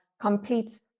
complete